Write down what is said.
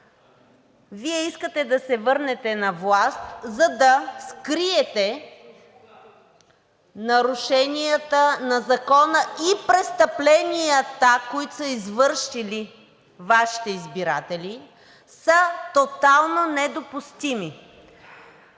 „Вие искате да се върнете на власт, за да скриете нарушенията на Закона и престъпленията, които са извършили Вашите избиратели“, са тотално недопустими